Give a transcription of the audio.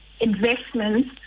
investments